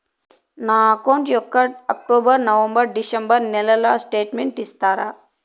నా అకౌంట్ యొక్క October, November, December నెలల స్టేట్మెంట్ ఇస్తారా?